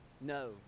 No